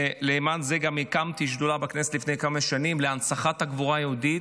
ולמען זה גם הקמתי שדולה בכנסת לפני כמה שנים להנצחת הגבורה היהודית,